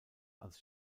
als